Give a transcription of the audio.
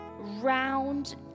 round